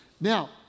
Now